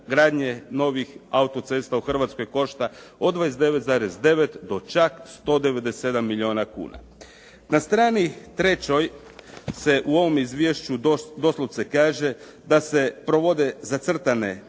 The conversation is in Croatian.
gradnje novih autocesta u Hrvatskoj košta od 29,9 do čak 197 milijuna kuna. Na strani 3. se u ovom izvješću doslovce kaže da se provode zacrtane